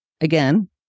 Again